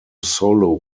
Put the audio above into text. solo